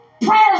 prayers